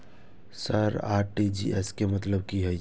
Sir RTGS के मतलब की हे छे?